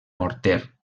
morter